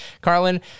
Carlin